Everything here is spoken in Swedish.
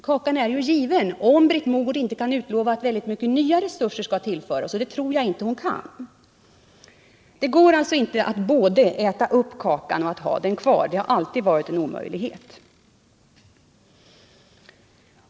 Kakan är ju given, om inte Britt Mogård kan utlova att väldigt mycket nya resurser skall tillföras — och det tror jag inte att hon kan. Det går alltså inte att både äta upp kakan och att ha den kvar. Det har alltid varit en omöjlighet.